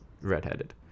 redheaded